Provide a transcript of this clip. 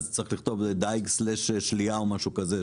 אז צריך לכתוב דייג סלש שלייה או משהו כזה,